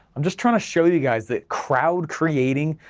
i'm just trying to show you guys that crowd creating,